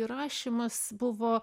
įrašymas buvo